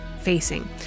facing